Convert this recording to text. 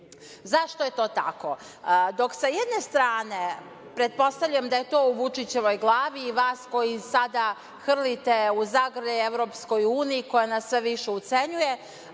je to tako? Dok sa jedne strane, pretpostavljam da je to u Vučićevom glavi i vas koji sada hrlite u zagrljaj EU koja nas sve više ucenjuje,